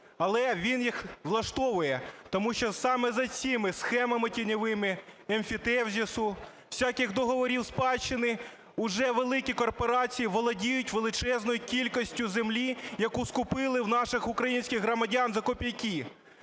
Але він їх влаштовує. Тому що саме за цими схемами тіньовими – емфітевзису, всяких договорів спадщини – вже великі корпорації володіють величезною кількістю землі, яку скупили у наших українських громадян за копійки.